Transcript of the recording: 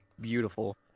beautiful